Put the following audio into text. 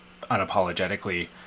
unapologetically